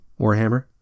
Warhammer